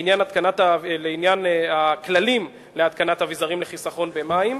לעניין הכללים להתקנת אביזרים לחיסכון במים,